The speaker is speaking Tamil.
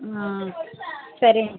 ம் சரிங்க